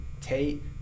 tate